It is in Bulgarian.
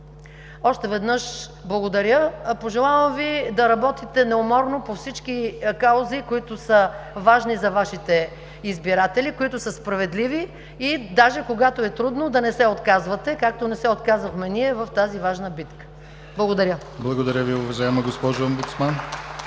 Още веднъж благодаря! Пожелавам Ви да работите неуморно по всички каузи, които са важни за Вашите избиратели, които са справедливи и даже когато е трудно да не се отказвате, както не се отказахме ние в тази важна битка! Благодаря. ПРЕДСЕДАТЕЛ ДИМИТЪР ГЛАВЧЕВ: Благодаря Ви, уважаема госпожо Омбудсман.